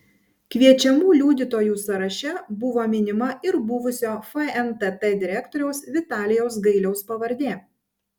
kviečiamų liudytojų sąraše buvo minima ir buvusio fntt direktoriaus vitalijaus gailiaus pavardė